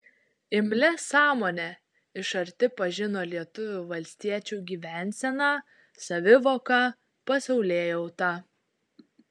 imlia sąmone iš arti pažino lietuvių valstiečių gyvenseną savivoką pasaulėjautą